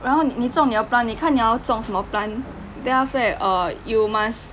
然后你种你的 plant 你看你要种什么 plant then after that err you must